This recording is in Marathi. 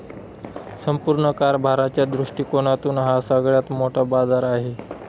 संपूर्ण कारभाराच्या दृष्टिकोनातून हा सगळ्यात मोठा बाजार आहे